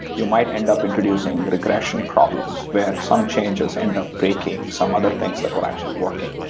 you might end up introducing regression problems where some changes end up breaking some other things that were actually working.